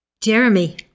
Jeremy